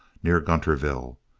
near gunterville.